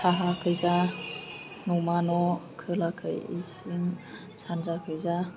साहा खैजा न'मा न' खोलाखै इसिं सानजाखैजा